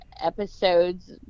episodes